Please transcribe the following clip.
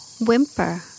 Whimper